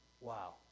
Wow